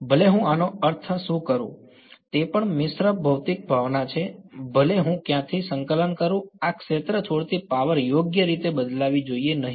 ભલે હું આનો અર્થ શું કરું તે પણ મિશ્ર ભૌતિક ભાવના છે ભલે હું ક્યાંથી સંકલન કરું આ ક્ષેત્ર છોડતી પાવર યોગ્ય રીતે બદલાવી જોઈએ નહીં